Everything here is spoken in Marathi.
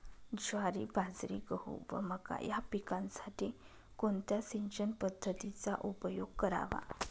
ज्वारी, बाजरी, गहू व मका या पिकांसाठी कोणत्या सिंचन पद्धतीचा उपयोग करावा?